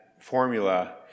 formula